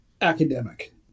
academic